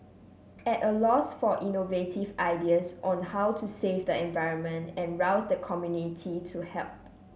at a loss for innovative ideas on how to save the environment and rouse the community to help